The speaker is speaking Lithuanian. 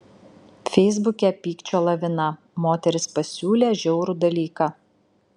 feisbuke pykčio lavina moteris pasiūlė žiaurų dalyką